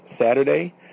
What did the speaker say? Saturday